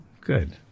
good